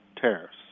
tariffs